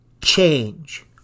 change